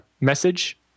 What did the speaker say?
message